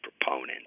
proponent